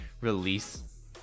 release